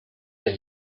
that